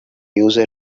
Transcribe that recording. user